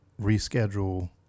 reschedule